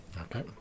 okay